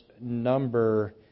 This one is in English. number